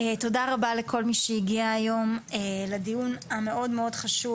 תודה רבה לכל מי שהגיע היום לדיון המאוד חשוב